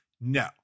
no